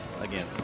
again